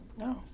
No